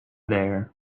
there